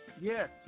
Yes